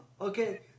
Okay